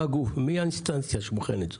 מה האינסטנציה שבוחנת זאת?